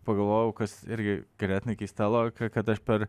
pagalvojau kas irgi ganėtinai keista logika kad aš per